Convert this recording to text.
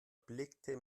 blickte